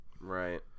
Right